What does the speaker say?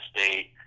State